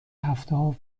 هفتهها